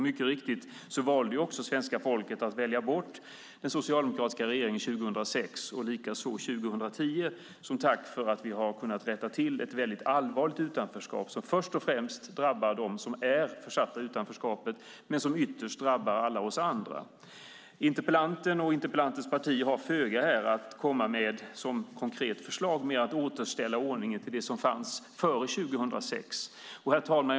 Mycket riktigt valde också svenska folket bort den socialdemokratiska regeringen 2006 och likaså 2010 som tack för att vi har kunnat rätta till ett mycket allvarligt utanförskap som först och främst drabbar dem som är försatta i utanförskapet men som ytterst drabbar alla oss andra. Interpellanten och interpellantens parti har föga att komma med här som konkret förslag - att återställa ordningen till det som fanns före 2006. Herr talman!